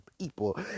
people